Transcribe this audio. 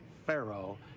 pharaoh